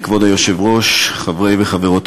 15 חברי כנסת